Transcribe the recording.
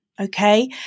Okay